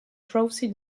drowsy